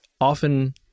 Often